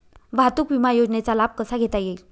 वाहतूक विमा योजनेचा लाभ कसा घेता येईल?